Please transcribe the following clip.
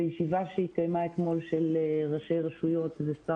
בישיבה שהתקיימה אתמול של ראשי רשויות ושר